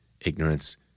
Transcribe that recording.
ignorance